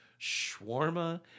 shawarma